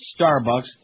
Starbucks